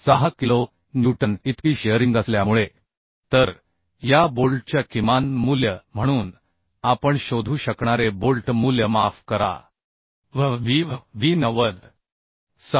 6 kilo newton इतकी shearing असल्यामुळे तर या बोल्टच्या किमान मूल्य म्हणून आपण शोधू शकणारे बोल्ट मूल्य माफ करा V b V b 90